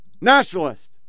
nationalist